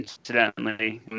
incidentally